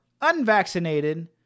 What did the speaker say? unvaccinated